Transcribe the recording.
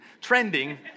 trending